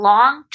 Long